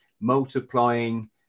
multiplying